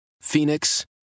Phoenix